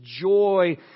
joy